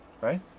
right